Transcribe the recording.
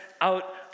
out